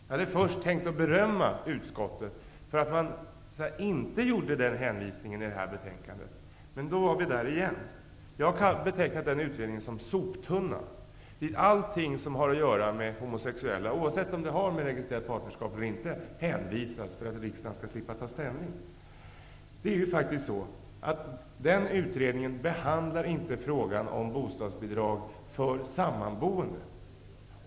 Jag hade först tänkt berömma utskottet för att man inte gjorde den hänvisningen i betänkandet, men nu har man gjort det igen. Jag har betecknat den utredningen som en soptunna. Allt som har att göra med homosexuella, oavsett om det har att göra med registrerat partnerskap eller inte, hänvisas dit för att riksdagen skall slippa att ta ställning. Det är faktiskt så, att den utredningen inte behandlar frågan om bostadsbidrag för sammanboende.